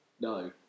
No